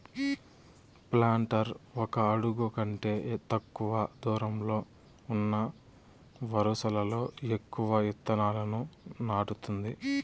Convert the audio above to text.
planter ఒక అడుగు కంటే తక్కువ దూరంలో ఉన్న వరుసలలో ఎక్కువ ఇత్తనాలను నాటుతుంది